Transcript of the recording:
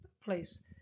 place